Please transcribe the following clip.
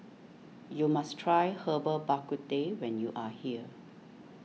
you must try Herbal Bak Ku Teh when you are here